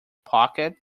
pocket